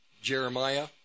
Jeremiah